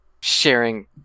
Sharing